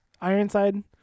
Ironside